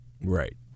Right